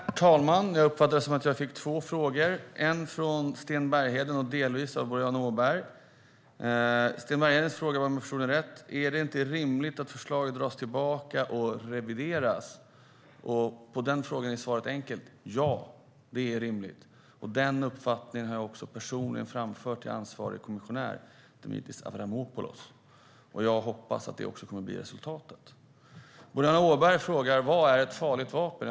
Herr talman! Jag uppfattade det som att jag fick två frågor, en från Sten Bergheden och delvis en från Boriana Åberg. Om jag förstod det rätt frågade Sten Bergheden: Är det inte rimligt om förslaget dras tillbaka och revideras? På den frågan är svaret enkelt: Ja, det är rimligt. Den uppfattningen har jag också personligen framfört till ansvarig kommissionär, Dimitris Avramopoulos. Jag hoppas att det också blir resultatet. Boriana Åberg frågade: Vad är ett farligt vapen?